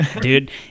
dude